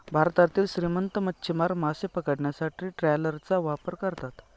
भारतातील श्रीमंत मच्छीमार मासे पकडण्यासाठी ट्रॉलरचा वापर करतात